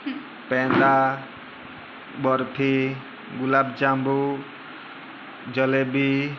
peda barfi gulab jamun jalebi